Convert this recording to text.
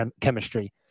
chemistry